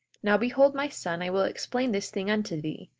now behold, my son, i will explain this thing unto thee.